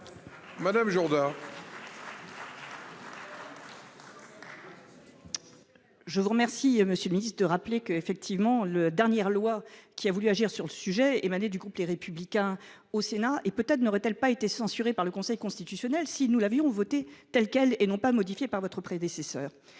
Madame Jourdain. Je vous remercie monsieur le ministre de rappeler que effectivement le dernière loi qui a voulu agir sur le sujet émanait du groupe les républicains au Sénat, et peut-être n'aurait-elle pas été censurée par le Conseil constitutionnel si nous l'avions voté telle quel et non pas modifié par votre prédécesseur.